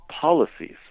policies